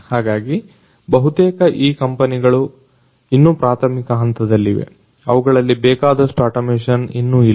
ಹಾಗಾಗಿ ಬಹುತೇಕ ಈ ಕಂಪನಿಗಳು ಇನ್ನೂ ಪ್ರಾಥಮಿಕ ಹಂತದಲ್ಲಿದೆ ಅವುಗಳಲ್ಲಿ ಬೇಕಾದಷ್ಟು ಅಟೋಮೇಶನ್ ಇನ್ನು ಇಲ್ಲ